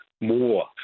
more